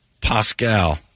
Pascal